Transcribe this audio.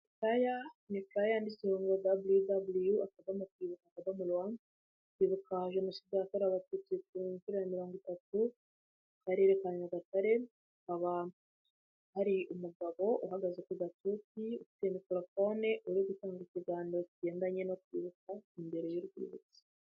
Furaya, ni furaya yanditseho ngo ww. Kwibuka. rwa. Kwibuaka jenoside yakorewe abatutsi mu gihumbi kimwe maganakenda na mirongo itatu mu karere ka Nyagatare hakaba hari umugabo uhagaze ku gatusi ufite mikorofone ( microphone) uri gutanga ikiganiro kigendanye no kwibuka imbere y'urwibutso.